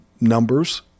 numbers